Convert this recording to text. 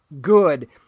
good